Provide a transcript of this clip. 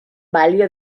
balio